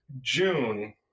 June